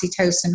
oxytocin